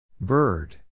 Bird